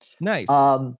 Nice